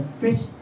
fresh